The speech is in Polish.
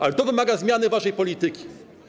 Ale to wymaga zmiany waszej polityki.